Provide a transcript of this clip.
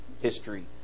history